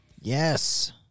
yes